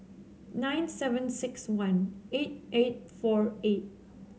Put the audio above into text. nine seven six one eight eight four eight